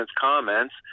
comments